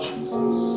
Jesus